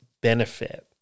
benefit